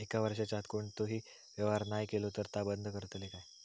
एक वर्षाच्या आत कोणतोही व्यवहार नाय केलो तर ता बंद करतले काय?